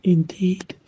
Indeed